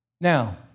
Now